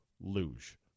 luge